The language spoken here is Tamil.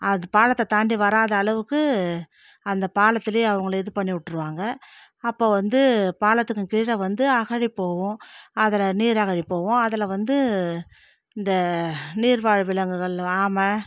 அது பாலத்தை தாண்டி வராத அளவுக்கு அந்த பாலத்திலையே அவங்களை இது பண்ணி விட்டுருவாங்க அப்போ வந்து பாலத்துக்கு கீழை வந்து அகழி போகும் அதில் நீரகழி போகும் அதில் வந்து இந்த நீர்வாழ் விலங்குகள் ஆமை